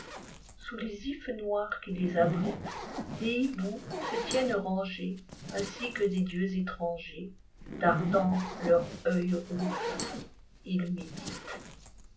sous les ifs noirs qui les abritentles hiboux se tiennent rangés ainsi que des dieux étrangers dardant leur œil rouge ils méditenl